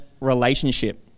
relationship